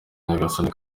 nyagasani